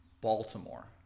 Baltimore